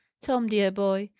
tom, dear boy,